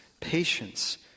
patience